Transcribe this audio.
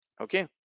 Okay